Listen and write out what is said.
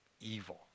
evil